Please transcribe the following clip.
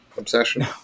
Obsession